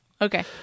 Okay